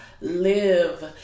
live